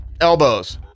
Elbows